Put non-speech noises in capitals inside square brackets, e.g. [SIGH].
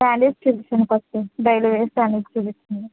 sandals చిన్న చిన్న [UNINTELLIGIBLE] daily wear sandals చూపించండి